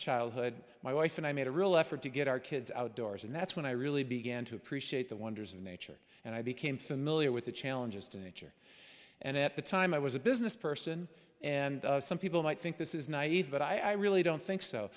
childhood my wife and i made a real effort to get our kids outdoors and that's when i really began to appreciate the wonders of nature and i became familiar with the challenges to nature and at the time i was a business person and some people might think this is naive but i really don't think so